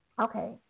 okay